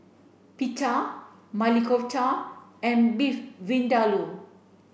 Pita Maili Kofta and Beef Vindaloo